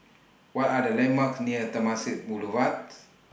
What Are The landmarks near Temasek Boulevard's